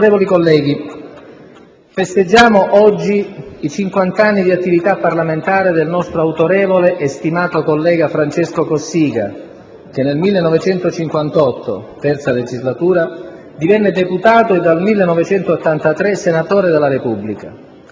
festeggiamo oggi i cinquant'anni di attività parlamentare del nostro autorevole e stimato collega Francesco Cossiga, che nel 1958 - III legislatura - divenne deputato e dal 1983 senatore della Repubblica.